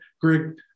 Greg